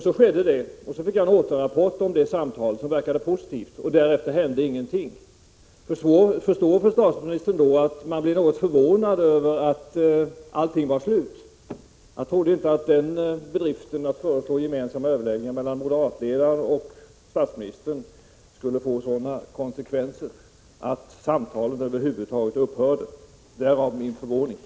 Så skedde detta, och jag fick en rapport om samtalet, som verkade positivt. Därefter hände ingenting. Förstår försvarsministern då att man blev något förvånad över att allting var slut? Jag trodde inte att bedriften att föreslå överläggningar mellan moderatledaren och statsministern skulle få sådana konsekvenser att samtalen över huvud taget upphörde. Därav kommer min förvåning.